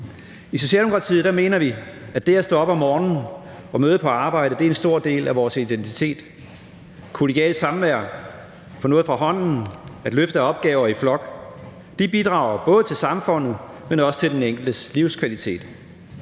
I Socialdemokratiet mener vi, at det at stå op om morgenen og møde på arbejde er en stor del af vores identitet. Kollegialt samvær, få noget fra hånden, løfte opgaver i flok bidrager både til samfundet, men også til den enkeltes livskvalitet.